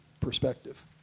perspective